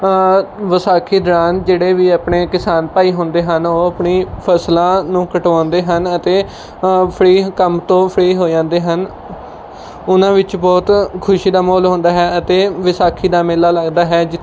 ਵਿਸਾਖੀ ਦੌਰਾਨ ਜਿਹੜੇ ਵੀ ਆਪਣੇ ਕਿਸਾਨ ਭਾਈ ਹੁੰਦੇ ਹਨ ਉਹ ਆਪਣੀ ਫਸਲਾਂ ਨੂੰ ਕਟਵਾਉਂਦੇ ਹਨ ਅਤੇ ਫ਼ਰੀ ਕੰਮ ਤੋਂ ਫ਼ਰੀ ਹੋ ਜਾਂਦੇ ਹਨ ਉਹਨਾਂ ਵਿੱਚ ਬਹੁਤ ਖੁਸ਼ੀ ਦਾ ਮਾਹੌਲ ਹੁੰਦਾ ਹੈ ਅਤੇ ਵਿਸਾਖੀ ਦਾ ਮੇਲਾ ਲੱਗਦਾ ਹੈ ਜ